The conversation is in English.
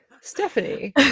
Stephanie